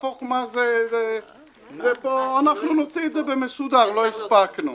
אנחנו נוציא את זה במסודר, לא הספקנו.